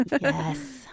Yes